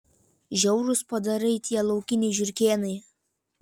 žiaurūs padarai tie laukiniai žiurkėnai